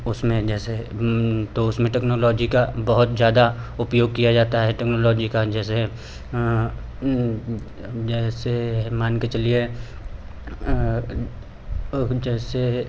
उसमें जैसे तो उसमें टेक्नोलॉजी का बहुत ज़्यादा उपयोग किया जाता है टेक्नोलॉजी का जैसे जैसे मान के चलिए जैसे